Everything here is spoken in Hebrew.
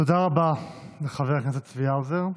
תודה רבה לחבר הכנסת צבי האוזר.